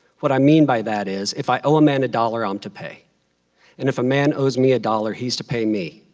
what i mean by that is, if i owe a man a dollar, i'm um to pay, and if a man owes me a dollar, he's to pay me.